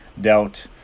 Doubt